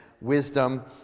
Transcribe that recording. wisdom